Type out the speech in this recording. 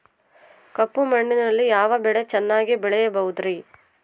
ಕಪ್ಪು ಮಣ್ಣಿನಲ್ಲಿ ಯಾವ ಬೆಳೆ ಚೆನ್ನಾಗಿ ಬೆಳೆಯಬಹುದ್ರಿ?